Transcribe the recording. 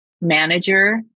manager